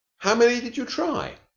how many did you try?